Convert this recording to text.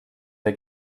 der